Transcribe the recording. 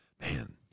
man